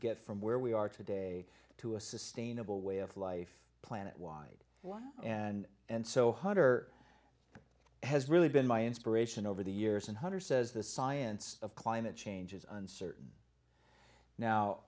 get from where we are today to a sustainable way of life planet wide and and so hunter has really been my inspiration over the years and hundreds says the science of climate change is uncertain now